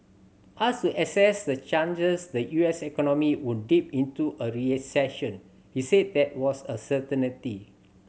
asked to assess the chances the U S economy would dip into a recession he said that was a certainty